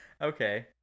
okay